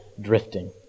drifting